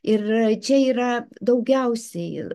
ir čia yra daugiausiai